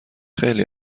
خیلی